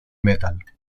metal